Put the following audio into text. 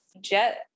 jet